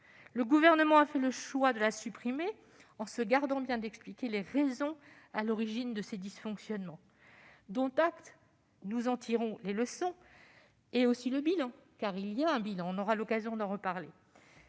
Le Gouvernement a fait le choix de supprimer cette commission, en se gardant bien d'expliquer les raisons à l'origine de ses dysfonctionnements. Dont acte ; nous en tirons les leçons, et aussi le bilan- car bilan il y a ; nous aurons l'occasion d'en reparler